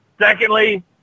Secondly